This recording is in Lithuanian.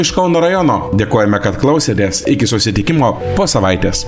iš kauno rajono dėkojame kad klausėtės iki susitikimo po savaitės